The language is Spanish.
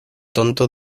tonto